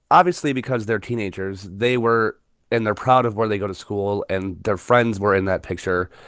obviously, because they're teenagers, they were and they're proud of where they go to school. and their friends were in that picture.